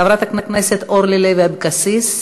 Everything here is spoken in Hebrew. חברת הכנסת אורלי לוי אבקסיס,